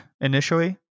initially